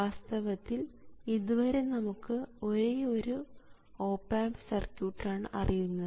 വാസ്തവത്തിൽ ഇതുവരെ നമുക്ക് ഒരേയൊരു ഓപ് ആമ്പ് സർക്യൂട്ടാണ് അറിയുന്നത്